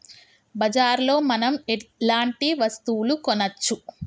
బజార్ లో మనం ఎలాంటి వస్తువులు కొనచ్చు?